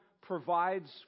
provides